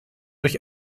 durch